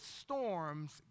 storms